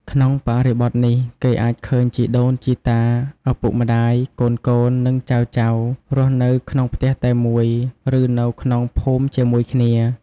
ក្នុងបរិបទនេះ គេអាចឃើញជីដូនជីតា ឪពុកម្ដាយ កូនៗ និងចៅៗ រស់នៅក្នុងផ្ទះតែមួយ ឬនៅក្នុងភូមិជាមួយគ្នា។